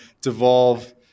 devolve